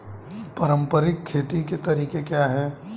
पारंपरिक खेती के तरीके क्या हैं?